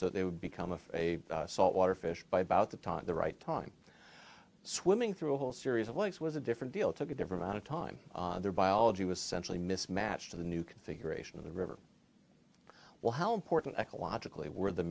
so they would become of a salt water fish by about the time the right time swimming through a whole series of lakes was a different deal took a different amount of time their biology was centrally mismatched to the new configuration of the river well how important ecologically were the